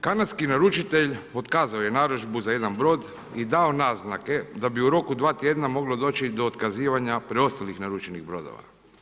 Kanadski naručitelj otkazao je narudžbu za jedan brod i dao naznake da bi u roku 2 tjedna moglo doći do otkazivanja preostalih naručenih brodova.